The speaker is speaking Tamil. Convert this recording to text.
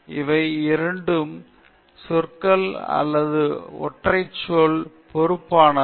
இவை இரண்டும் சொற்கள் அல்லது ஒரு ஒற்றை சொல் பொறுப்பானவை